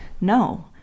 no